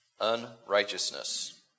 unrighteousness